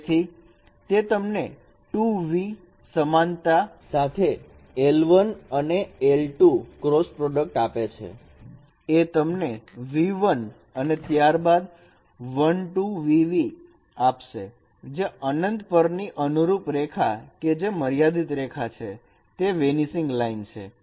તેથી તે તમને 2 v સમાનતા સાથે l1 અને l2 ક્રોસ પ્રોડક્ટ આપશે એ તમને v1 અને ત્યારબાદ 1 2 v v આપશે જે અનંત પરની અનુરૂપ રેખા કે જે મર્યાદિત રેખા છે તે વેનીસિંગ લાઈન છે